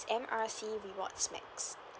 M R C rewards max